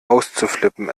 auszuflippen